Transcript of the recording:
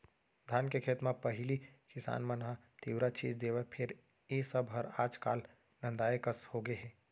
धान के खेत म पहिली किसान मन ह तिंवरा छींच देवय फेर ए सब हर आज काल नंदाए कस होगे हे